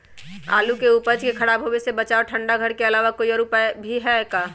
आलू के उपज के खराब होवे से बचाबे ठंडा घर के अलावा कोई और भी उपाय है का?